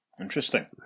Interesting